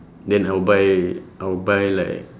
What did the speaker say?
then I will buy I will buy like